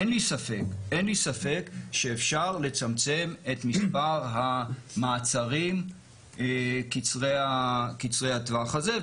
אין לי ספק שאפשר לצמצם את מספר המעצרים קצרי הטווח האלה.